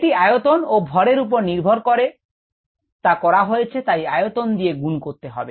এটি আয়তন ও ভরের উপর নির্ভর করে করা হয়েছে তাই আয়তন দিয়ে গুণ করতে হবে